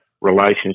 relationship